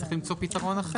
אז צריך למצוא פתרון אחר.